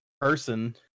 person